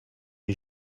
est